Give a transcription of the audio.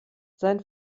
sein